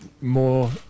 more